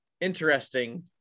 interesting